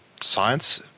science